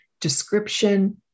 description